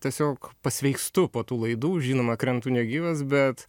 tiesiog pasveikstu po tų laidų žinoma krentu negyvas bet